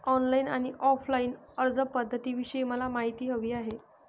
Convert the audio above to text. online आणि offline अर्जपध्दतींविषयी मला माहिती हवी आहे